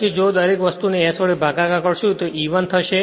પછી જો દરેક વસ્તુ ને s વડે ભાગાકાર કરશું તો E1 થશે